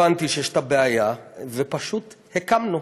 הבנתי שיש בעיה, ופשוט הקמנו